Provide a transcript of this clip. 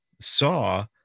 saw